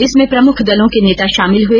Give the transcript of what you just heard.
इसमें प्रमुख दलों के नेता शामिल हुए